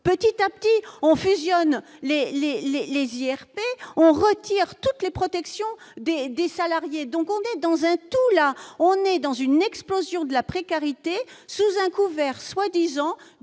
petit à petit on fusionne les, les, les, les IRP on retire toutes les protections des des salariés, donc on est dans un tout, là on est dans une explosion de la précarité sous un couvert soi-disant